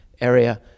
area